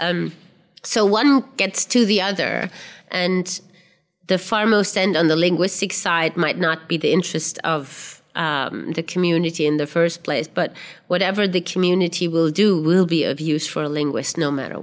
so one gets to the other and the far most end on the linguistic side might not be the interest of the community in the first place but whatever the community will do will be of use for a linguist no matter